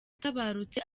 atabarutse